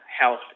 health